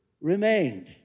remained